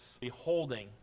beholding